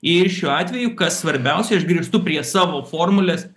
ir šiuo atveju kas svarbiausia aš grįžtu prie savo formulės